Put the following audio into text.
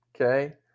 okay